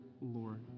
Lord